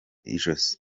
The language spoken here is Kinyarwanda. ijosi